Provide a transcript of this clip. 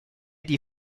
die